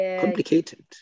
complicated